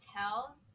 tell